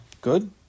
good